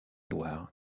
loire